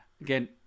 again